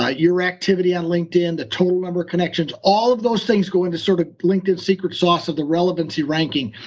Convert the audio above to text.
ah your activity on linkedin, the total number of connections, all of those things go into, sort of, linkedin secret sauce of the relevancy ranking.